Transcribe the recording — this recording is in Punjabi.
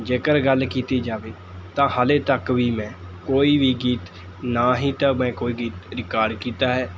ਜੇਕਰ ਗੱਲ ਕੀਤੀ ਜਾਵੇ ਤਾਂ ਹਾਲੇ ਤੱਕ ਵੀ ਮੈਂ ਕੋਈ ਵੀ ਗੀਤ ਨਾ ਹੀ ਤਾਂ ਮੈਂ ਕੋਈ ਗੀਤ ਰਿਕਾਰਡ ਕੀਤਾ ਹੈ